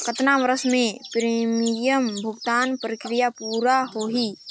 कतना वर्ष मे प्रीमियम भुगतान प्रक्रिया पूरा होही?